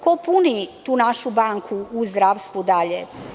Ko puni tu našu banku u zdravstvu dalje?